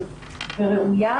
הבעיות,